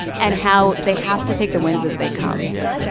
and how they have to take the wins as they come yeah.